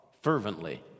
fervently